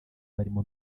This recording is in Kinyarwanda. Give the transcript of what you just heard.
barimo